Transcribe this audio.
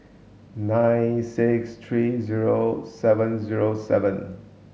nine six three zero seven zero seven